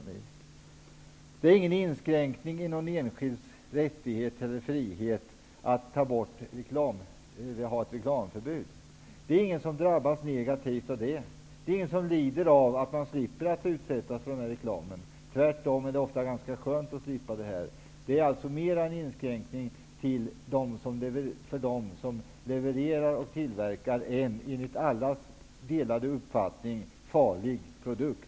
Ett reklamförbud är inte någon inskränkning i den enskildes rättigheter eller frihet. Det är ingen som drabbas negativt av det. Det är ingen som lider av att slippa utsättas för reklam -- tvärtom är det ganska skönt. Det är alltså mera en inskränkning för dem som levererar och tillverkar en, enligt allas uppfattning, farlig produkt.